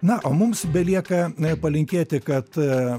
na o mums belieka palinkėti kad